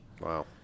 Wow